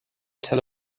tel